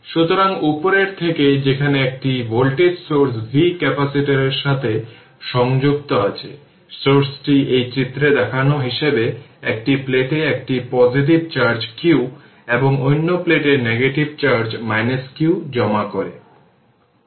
সুতরাং এটি একটি শর্ট সার্কিটের ক্ষেত্রে অকার্যকর হবে এটি শুধুমাত্র এই শর্ট সার্কিট পাথটি গ্রহণ করছে কারণ বিশেষ করে এটি একটি আইডেল ইন্ডাক্টর হিসাবে একটি শর্ট সার্কিটের মতো কাজ করে । সুতরাং এটি হল I0 i L0 2 ampere initial current